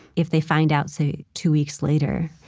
if they find out say, two weeks later,